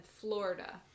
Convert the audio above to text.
Florida